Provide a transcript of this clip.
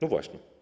No właśnie.